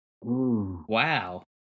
Wow